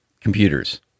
computers